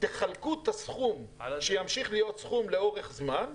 תחלקו את הסכום שימשיך להיות סכום לאורך זמן,